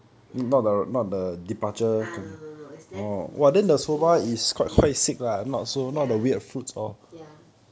ya ah no no no is linked to the destination ya ya